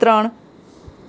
ત્રણ